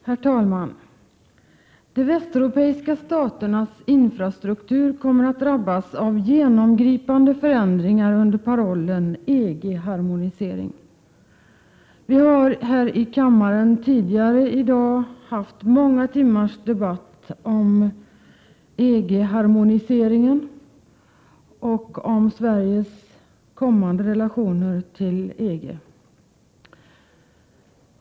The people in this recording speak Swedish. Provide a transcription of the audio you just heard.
Herr talman! De västeuropeiska staternas infrastruktur kommer att drabbas av genomgripande förändringar under parollen EG-harmonisering. Vi har här i kammaren tidigare i dag haft många timmars debatt om EG-harmoniseringen och om Sveriges kommande relationer till EG.